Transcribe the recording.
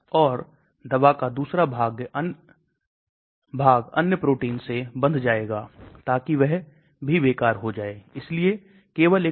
तो विभिन्न membranes में अलग अलग पारगम्यता हो सकती है इसलिए पारगम्यता प्रभाव क्या हो सकता है